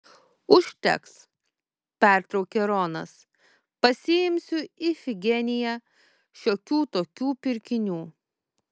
užteks pertraukė ronas pasiimsiu ifigeniją šiokių tokių pirkinių